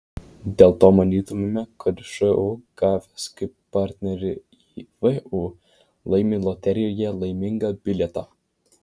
dėl to manytumėme kad šu gavęs kaip partnerį vu laimi loterijoje laimingą bilietą